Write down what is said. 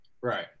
Right